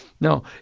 No